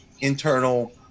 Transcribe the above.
internal